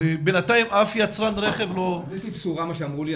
בינתיים אף יצרן רכב לא --- אז יש לי בשורה שאמרו לי,